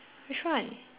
which one